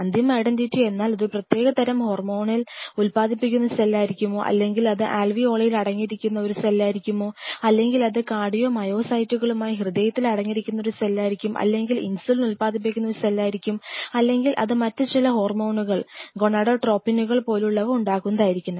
അന്തിമ ഐഡന്റിറ്റി എന്നാൽ ഇത് ഒരു പ്രത്യേക തരം ഹോർമോൺ ഉൽപാദിപ്പിക്കുന്ന സെല്ലായിരിക്കുമോ അല്ലെങ്കിൽ അത് ആൽവിയോളിയിൽ അടങ്ങിയിരിക്കുന്ന ഒരു സെല്ലായിരിക്കും അല്ലെങ്കിൽ അത് കാർഡിയോമയോസൈറ്റുകളായി ഹൃദയത്തിൽ അടങ്ങിയിരിക്കുന്ന ഒരു സെല്ലായിരിക്കും അല്ലെങ്കിൽ ഇൻസുലിൻ ഉൽപാദിപ്പിക്കുന്ന ഒരു സെല്ലായിരിക്കും അല്ലെങ്കിൽ അത് മറ്റ് ചില ഹോർമോണുകൾ ഗോണഡോട്രോപിനുകൾ പോലുള്ളവ ഉണ്ടാക്കുന്നതായിരിക്കണം